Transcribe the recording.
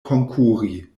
konkuri